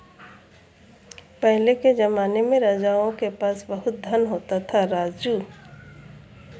पहले के जमाने में राजाओं के पास बहुत धन होता था, राजू